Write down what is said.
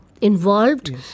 involved